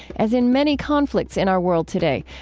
as in many conflicts in our world today,